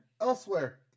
Elsewhere